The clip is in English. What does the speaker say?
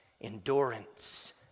endurance